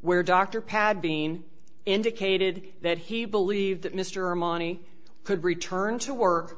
where dr pat bean indicated that he believed that mr armani could return to work